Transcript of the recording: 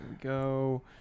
go